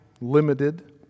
limited